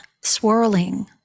Swirling